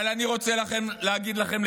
אבל אני רוצה להגיד לכם,